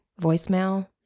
voicemail